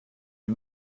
you